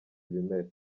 ibimera